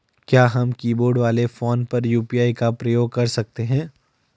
क्या हम कीबोर्ड वाले फोन पर यु.पी.आई का प्रयोग कर सकते हैं?